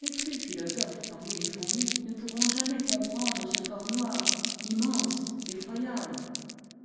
les plus philosophes parmi les fourmis ne pourront jamais comprendre ce corps noir immense effroyable